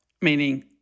meaning